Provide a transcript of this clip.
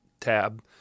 tab